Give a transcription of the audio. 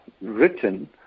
written